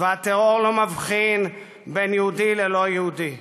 והטרור לא מבחין בין יהודי ללא-יהודי.